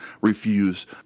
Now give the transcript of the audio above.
refuse